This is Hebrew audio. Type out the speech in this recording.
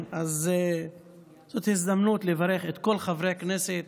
אז זאת הזדמנות לברך את כל חברי הכנסת